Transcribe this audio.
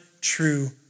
true